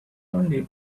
twenty